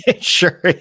Sure